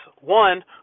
one